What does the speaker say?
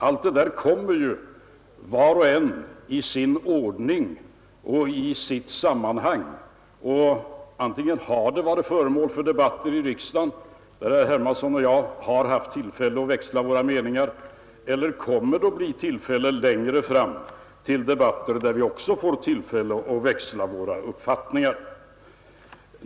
Allt det där behandlas i sin ordning och i sitt sammanhang, och antingen har de här frågorna varit föremål för debatter i riksdagen, varvid herr Hermansson och jag haft tillfälle att växla meningar, eller också kommer vi längre fram att få tillfälle till det.